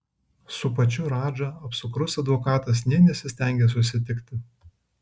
su pačiu radža apsukrus advokatas nė nesistengė susitikti